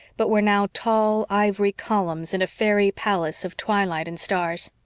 but were now tall, ivory columns in a fairy palace of twilight and stars.